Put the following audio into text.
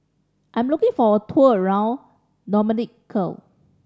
I am looking for a tour around Dominica